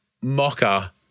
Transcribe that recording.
Mocha